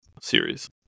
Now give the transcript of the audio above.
series